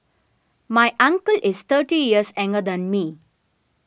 my uncle is thirty years than me